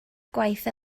gwaith